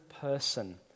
person